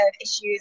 issues